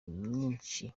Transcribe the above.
nyinshi